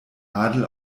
adel